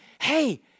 hey